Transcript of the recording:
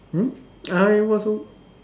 hmm uh it was o~